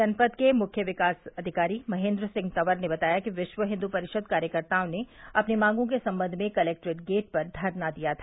जनपद के मुख्य विकास अधिकारी महेन्द्र सिंह तंवर ने बताया कि विश्व हिन्दू परिषद कार्यकर्ताओं ने अपनी मांगों के संबंध में कलेक्ट्रेट गेट पर धरना दिया था